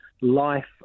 life